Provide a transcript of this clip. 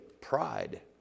pride